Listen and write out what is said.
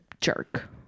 jerk